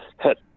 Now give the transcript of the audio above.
hit